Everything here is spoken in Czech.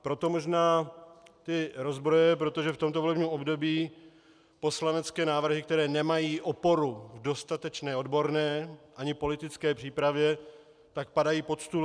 Proto možná ty rozbroje, protože v tomto volebním období poslanecké návrhy, které nemají oporu v dostatečné odborné ani politické přípravě, padají pod stůl.